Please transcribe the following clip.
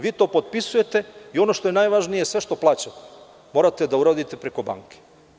Vi to potpisujete i ono što je najvažnije, sve što plaćate morate da uradite preko banke.